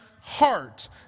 heart